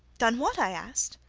done what i asked.